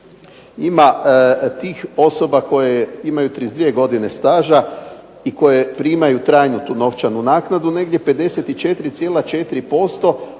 ima tih osoba koje imaju 32 godine staža i koje primaju trajnu tu novčanu naknadu negdje 54,4%